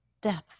depth